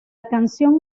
canción